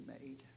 made